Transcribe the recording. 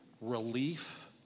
relief